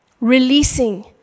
releasing